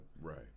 right